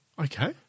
Okay